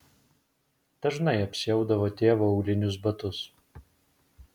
dažnai apsiaudavo tėvo aulinius batus